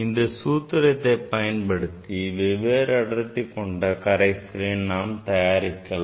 இந்த சூத்திரத்தை பயன்படுத்தி வெவ்வேறு அடர்த்தி கொண்ட கரைசலை நாம் தயாரிக்கலாம்